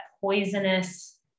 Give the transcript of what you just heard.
poisonous